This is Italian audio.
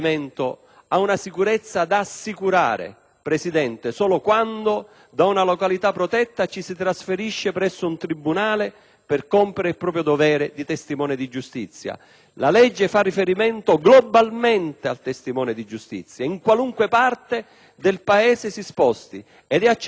ad una sicurezza da garantire, Presidente, solo quando da una località protetta ci si trasferisce presso un tribunale per compiere il proprio dovere di testimone di giustizia. La legge fa riferimento globalmente al testimone di giustizia, in qualunque parte del Paese egli si sposti. Confido,